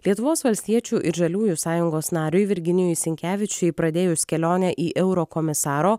lietuvos valstiečių ir žaliųjų sąjungos nariui virginijui sinkevičiui pradėjus kelionę į eurokomisaro